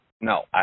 no